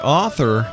author